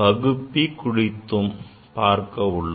பகுப்பி குறித்தும் பார்க்க உள்ளோம்